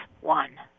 one